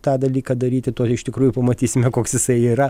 tą dalyką daryti tuo iš tikrųjų pamatysime koks jisai yra